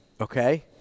Okay